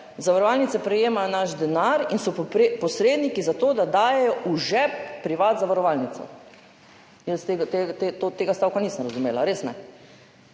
zavarovalnice prejemajo naš denar in so posredniki za to, da dajejo v žep privatni zavarovalnici. Jaz tega stavka nisem razumela, res ne.